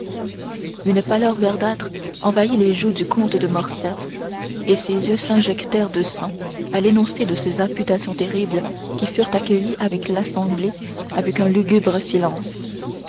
une pâleur verdâtre envahit les joues du comte de morcerf et ses yeux s'injectèrent de sang à l'énoncé de ces imputations terribles qui furent accueillies de l'assemblée avec un lugubre silence